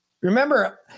remember